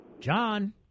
John